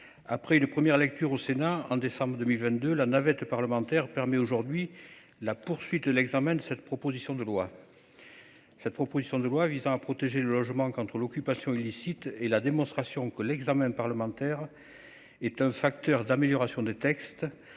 Après une première lecture au Sénat en décembre 2022, la navette parlementaire permet aujourd'hui la poursuite de l'examen de cette proposition de loi. Cette proposition de loi visant à protéger le logement contre l'occupation illicite et la démonstration que l'examen parlementaire. Est un facteur d'amélioration des textes,